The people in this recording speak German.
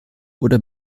oder